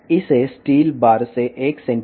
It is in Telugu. ఇది స్టీల్ బార్ నుండి 1 సెం